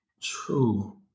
True